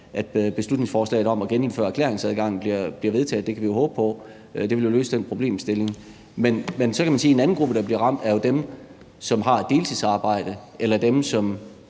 at beslutningsforslaget om at genindføre erklæringsadgangen bliver vedtaget. Det kan vi jo håbe på, det ville løse den problemstilling. Men så kan man sige, at en anden gruppe, der bliver ramt, jo er dem, som har et deltidsarbejde, eller dem, som